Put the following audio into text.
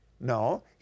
No